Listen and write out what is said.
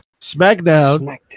Smackdown